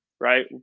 Right